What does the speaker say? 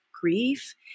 grief